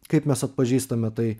kaip mes atpažįstame tai